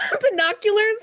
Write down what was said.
binoculars